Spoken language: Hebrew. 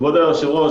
כבוד היושב ראש,